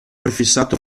prefissato